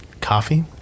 coffee